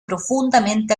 profundamente